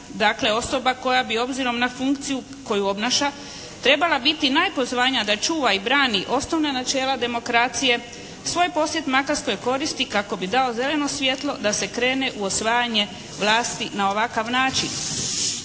dakle osoba koja bi obzirom na funkciju koju obnaša trebala biti najpozvanija da čuva i brani osnovna načela demokracije svoj posjet Makarskoj koristi kako bi dao zeleno svjetlo da se krene u osvajanje vlasti na ovakav način.